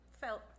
felt